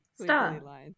Stop